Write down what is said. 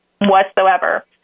whatsoever